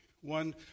one